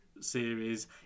series